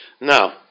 Now